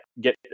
get